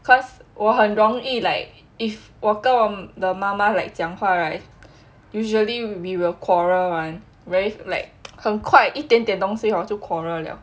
cause 我很容易 like if 我跟我的妈妈 like 讲话 right usually we will quarrel [one] very like 很快一点点东西好就 quarrel liao